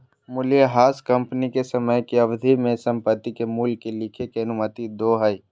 मूल्यह्रास कंपनी के समय के अवधि में संपत्ति के मूल्य के लिखे के अनुमति दो हइ